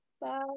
bye